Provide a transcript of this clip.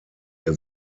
ihr